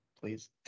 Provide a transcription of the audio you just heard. please